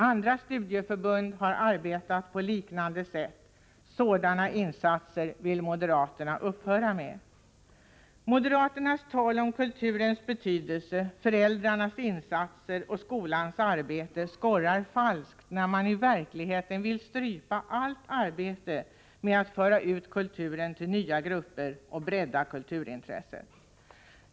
Andra studieförbund har arbetat på liknande sätt. Sådana insatser vill moderaterna upphöra med. Moderaternas tal om kulturens betydelse, föräldrarnas insatser och skolans arbete skorrar falskt, när moderaterna i verkligheten vill strypa allt arbete med att föra ut kulturen till nya grupper och bredda kulturintresset.